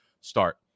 start